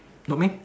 got meh